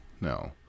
no